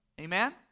Amen